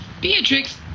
Beatrix